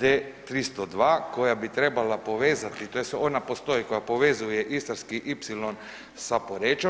D-302 koja bi trebala povezati tj. ona postoji koja povezuje Istarski ipsilon sa Porečom.